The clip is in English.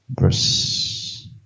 verse